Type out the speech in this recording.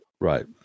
Right